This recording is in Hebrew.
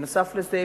נוסף על זה,